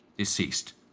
deceased.